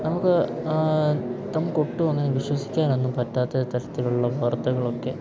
നമുക്ക് നമുക്കൊട്ടും അങ്ങ് വിശ്വസിക്കാനൊന്നും പറ്റാത്ത തരത്തിലുള്ള വാർത്തകളൊക്കെ